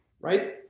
right